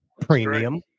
Premium